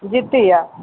Jitiya